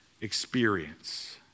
experience